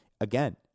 again